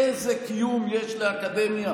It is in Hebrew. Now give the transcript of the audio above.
איזה קיום יש לאקדמיה